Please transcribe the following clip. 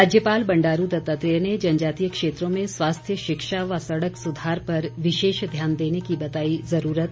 राज्यपाल बंडारू दत्तात्रेय ने जनजातीय क्षेत्रों में स्वास्थ्य शिक्षा व सड़क सुधार पर विशेष ध्यान देने की बताई जरूरत